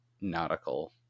nautical